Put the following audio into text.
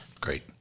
Great